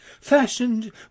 fashioned